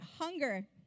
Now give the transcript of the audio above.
hunger